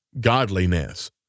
godliness